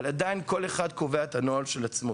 אבל עדיין כל אחד קובע את הנוהל של עצמו,